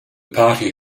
party